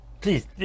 Please